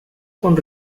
con